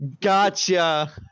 gotcha